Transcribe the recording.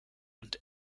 und